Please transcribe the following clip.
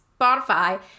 Spotify